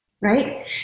right